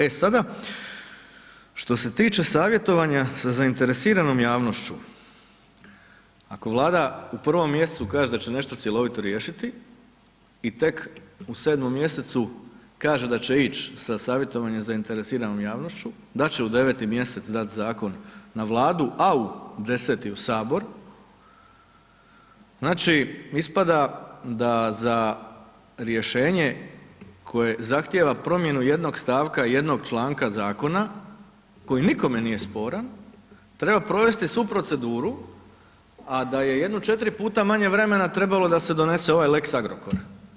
E sada što se tiče savjetovanja sa zainteresiranom javnošću, ako Vlada u prvom mjesecu kaže da će nešto cjelovito riješiti i tek u 7. mj. kaže da ić sa savjetovanjem zainteresiranom javnošću da će u 9. mj. dat zakon na Vladu a u 10. u Sabor, znači ispada da za rješenje koje zahtjeva promjenu jednog stavka jednog članka zakona koji nikome nije sporan, treba provesti svu proceduru a da je jedno 4 puta manje vremena trebalo da se donese ovaj lex Agrokor.